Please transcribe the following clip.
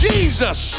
Jesus